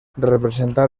representar